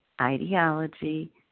ideology